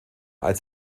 als